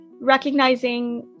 recognizing